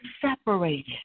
separated